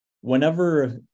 whenever